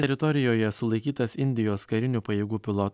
teritorijoje sulaikytas indijos karinių pajėgų pilotas paleistas į